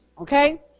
Okay